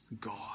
God